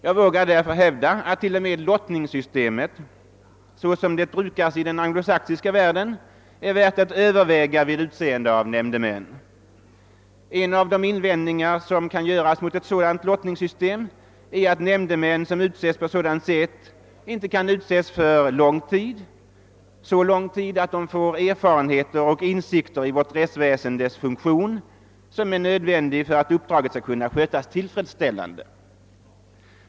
Jag vågar därför hävda att lottningssystemet i den form som det brukas i den anglosaxiska världen är värt att överväga vid utseende av nämndemän. En av de invändningar som kan göras mot ett sådant lottningssystem är, att nämndemän som utses på sådant sätt inte kan väljas för så lång tid att de får de erfarenheter och insikter i vårt rättsväsendes funktion som är nödvändiga för att uppdraget skall kunna skötas tillfredsställande.